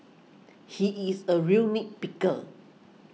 he is a real nit picker